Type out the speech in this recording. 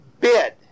bid